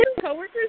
coworkers